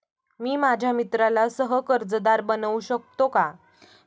मी माझ्या मित्राला सह कर्जदार बनवू शकतो का?